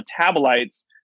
metabolites